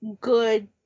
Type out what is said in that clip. good